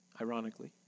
ironically